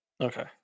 Okay